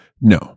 No